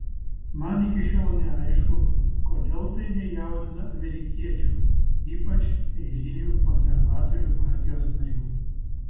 man iki šiol neaišku kodėl tai nejaudina amerikiečių ypač eilinių konservatorių partijos narių